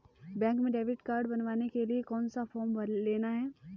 Bank में debit card बनवाने के लिए कौन सा फॉर्म लेना है?